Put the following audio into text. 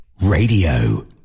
Radio